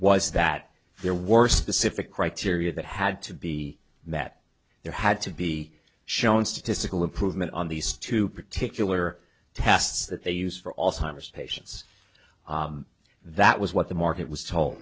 was that their worst specific criteria that had to be met there had to be shown statistical improvement on these two particular tests that they use for all timers patients that was what the market was